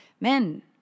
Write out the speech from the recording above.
Men